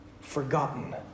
forgotten